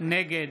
נגד